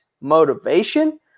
motivation